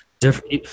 different